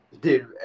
Dude